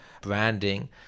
branding